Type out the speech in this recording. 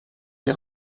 les